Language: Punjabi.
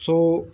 ਸੋ